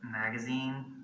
magazine